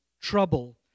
trouble